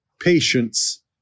patience